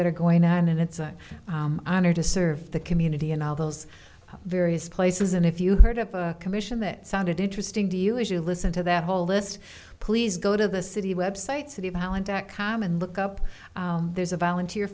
that are going on and it's an honor to serve the community in all those various places and if you heard of a commission that sounded interesting to you as you listen to that whole list please go to the city website city of allen dot com and look up there's a volunteer